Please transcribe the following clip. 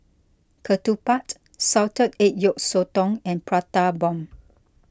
Ketupat Salted Egg Yolk Sotong and Prata Bomb